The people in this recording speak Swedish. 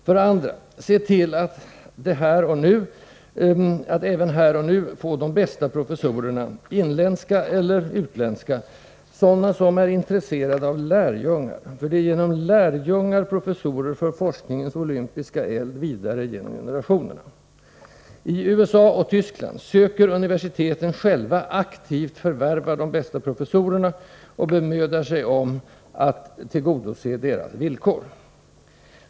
För det andra: Se till att även här och nu få de bästa professorerna, inländska eller utländska, sådana som är intresserade av lärjungar — för det är genom lärjungar som professorer för forskningens olympiska eld vidare genom generationerna! I USA och Tyskland söker universiteten själva aktivt förvärva de bästa professorerna och bemödar sig om att tillgodose deras villkor.